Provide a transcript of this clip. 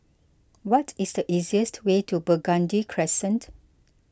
what is the easiest way to Burgundy Crescent